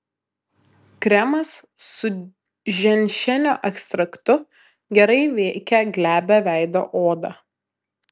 kremas su ženšenio ekstraktu gerai veikia glebią veido odą